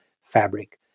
fabric